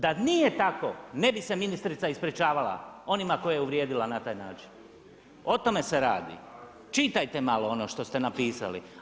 Da nije tako ne bi se ministrica ispričavala onima koje je uvrijedila na taj način, o tome se radi. čitajte malo ono što ste napisali.